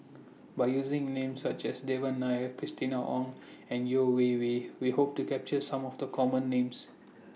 By using Names such as Devan Nair Christina Ong and Yeo Wei Wei We Hope to capture Some of The Common Names